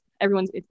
everyone's